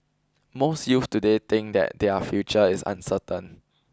most youths today think that their future is uncertain